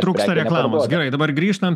trūksta reklamos gerai dabar grįžtant